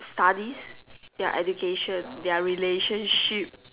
studies their education their relationship